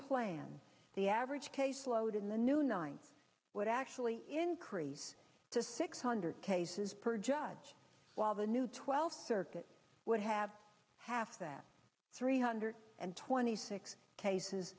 planned the average caseload in the new nine would actually increase to six hundred cases per judge while the new twelfth circuit would have half that three hundred and twenty six cases